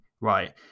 right